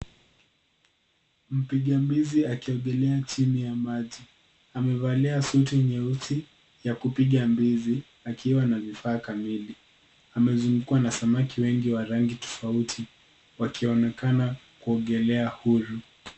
Mpiga mbizi akiogelea chin ya maji amevalia suti nyeusi ya kupiga mbizi akiwa na vifaa kamili, amezungukwa na samaki wengi wa rangi tofauti wakionekana kuogelea huru.